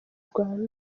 rwanda